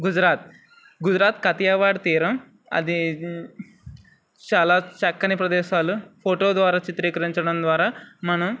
గుజరాత్ గుజరాత్ కథీయవాడ్ తీరం అది చాలా చక్కని ప్రదేశాలు ఫోటో ద్వారా చిత్రీకరించడం ద్వారా మనం